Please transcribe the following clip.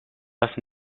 das